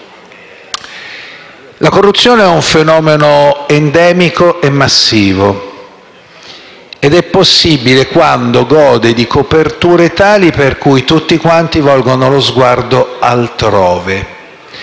la corruzione è un fenomeno endemico e massivo ed è possibile quando gode di coperture tali per cui tutti quanti volgono lo sguardo altrove.